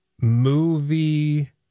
movie